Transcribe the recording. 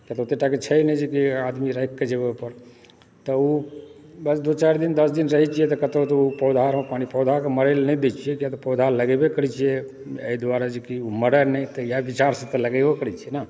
कियाकि ओतए टाके छै नहि कि आदमी राखिके जेबय ऊपर तऽ ओ बस दू चारि दिन दश दिन रहैत छियै कतहुँ तऽ ओ पौधाकऽ मरै लऽ नहि दय छियै किआतऽ पौधा लगेबे करैत छियै एहि दुआरे जेकि ओ मरय नहि तऽ इएह विचारसे लगेबो करै छी न